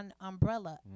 umbrella